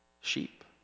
Sheep